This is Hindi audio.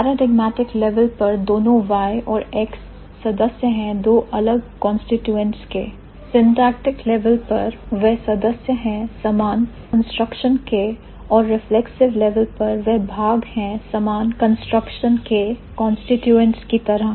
Paradigmatic level पर दोनों Y और X सदस्य हैं दो अलग कंस्ट्रक्शनस के syntactic level पर वह सदस्य हैं समान कंस्ट्रक्शन के और reflexive level पर वह भाग हैं समान कंस्ट्रक्शन के कांस्टीट्यूएंट्स की तरह